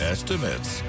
Estimates